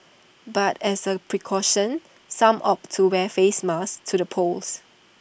but as A precaution some opted to wear face masks to the polls